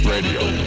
Radio